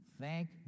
Thank